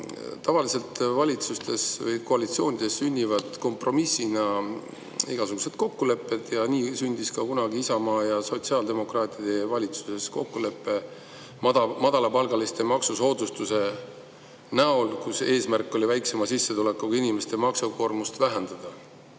Tavaliselt valitsuses või koalitsioonis sünnivad kompromissina igasugused kokkulepped ja nii sündis kunagi ka Isamaa ja sotsiaaldemokraatide valitsuses kokkulepe madalapalgaliste maksusoodustuse kohta, mille eesmärk oli väiksema sissetulekuga inimeste maksukoormust vähendada. Just